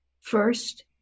first